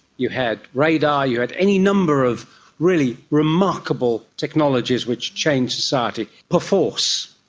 you had radar, you had any number of really remarkable technologies which changed society perforce.